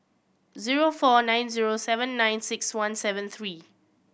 zero four nine zero seven nine six one seven three